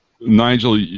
Nigel